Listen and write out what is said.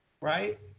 right